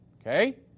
Okay